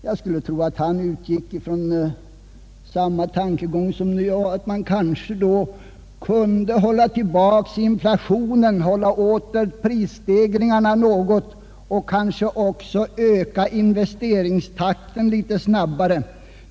Jag skulle tro att han utgick från samma tankegång som jag, nämligen att man därmed kanske kunde hålla tillbaka inflationen något och kanske också öka den klena investeringstakten litet snabbare.